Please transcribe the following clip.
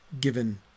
given